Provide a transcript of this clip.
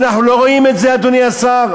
אנחנו לא רואים את זה, אדוני השר?